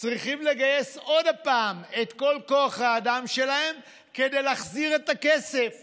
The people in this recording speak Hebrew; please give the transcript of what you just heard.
צריכים לגייס עוד פעם את כל כוח האדם שלהם כדי להחזיר את הכסף